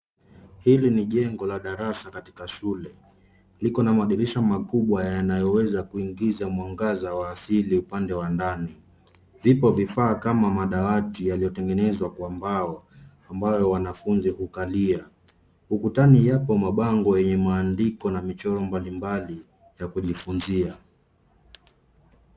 Hili ni jengo la darasa katika shule. Liko na madirisha makubwa yanayoweza kuingiza mwangaza wa asili upande wa ndani. Vipo vifaa kama madawati yaliyotengenezwa kwa mbao ambayo wanafunzi hukalia. Ukutani yapo mabango yenye maandiko na michoro mbalimbali ya kujifunzia.